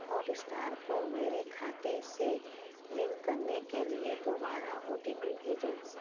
hot star کو میرے کھاتے سے لنک کرنے کے لیے دوبارہ او ٹی پی بھیجو